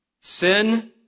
Sin